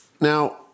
Now